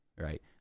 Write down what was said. right